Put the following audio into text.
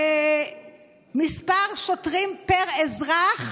מספר שוטרים פר אזרח,